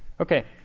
ok,